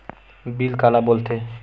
Bill काला बोल थे?